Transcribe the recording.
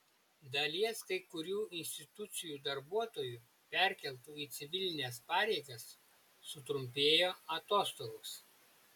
dalies kai kurių institucijų darbuotojų perkeltų į civilines pareigas sutrumpėjo atostogos